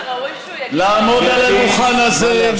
לעמוד על הדוכן הזה,